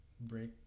break